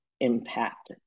impact